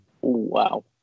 wow